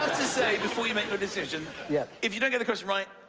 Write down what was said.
to say, before you make your decision. yeah. if you don't get the question right,